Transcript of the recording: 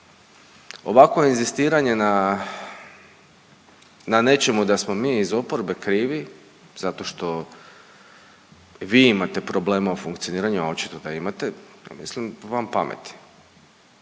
ovakvo inzistiranje na nečemu da smo mi iz oporbe krivi zato što vi imate problema u funkcioniranju, a očito da imate, je mislim van pameti.